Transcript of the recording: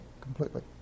completely